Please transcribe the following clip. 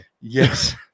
Yes